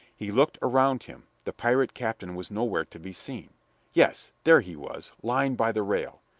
he looked around him the pirate captain was nowhere to be seen yes, there he was, lying by the rail.